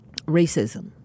racism